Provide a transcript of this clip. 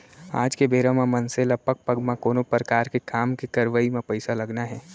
आज के बेरा म मनसे ल पग पग म कोनो परकार के काम के करवई म पइसा लगना हे